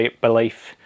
belief